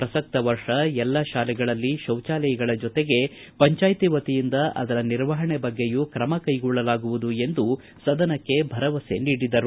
ಪ್ರಸಕ್ತ ವರ್ಷ ಎಲ್ಲ ಶಾಲೆಗಳಲ್ಲಿ ಶೌಚಾಲಯಗಳ ಜೊತೆಗೆ ಪಂಚಾಯ್ತಿ ವತಿಯಿಂದ ಅದರ ನಿರ್ವಹಣೆ ಬಗ್ಗೆಯೂ ಕ್ರಮ ಕೈಗೊಳ್ಳಲಾಗುವುದು ಎಂದು ಸದನಕ್ಕೆ ಭರವಸೆ ನೀಡಿದರು